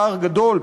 פער גדול,